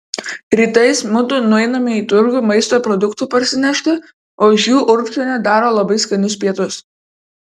rytais mudu nueiname į turgų maisto produktų parsinešti o iš jų urbšienė daro labai skanius pietus